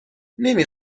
نمی